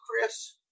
chris